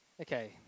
Okay